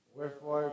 Wherefore